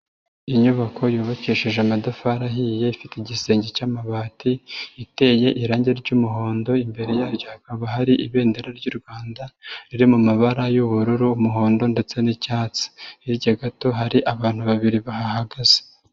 Inyubako yubakishije amatafari ahiye, ifite igisenge cy'amabati, iteye irangi ry'umuhondo, imbere yaryo hakaba hari ibendera r'u Rwanda riri mu mu mabara y'ubururu, umuhondo ndetse n'icyatsi, hirya gato hari abantu babiri bahahagaze.